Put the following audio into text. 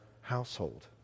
household